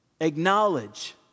Acknowledge